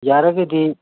ꯌꯥꯔꯒꯗꯤ